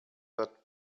that